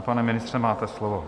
Pane ministře, máte slovo.